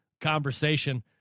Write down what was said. conversation